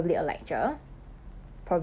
you don't have to watch it real time right